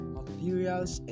materials